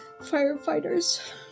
firefighters